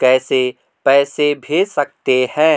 कैसे पैसे भेज सकते हैं?